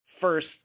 first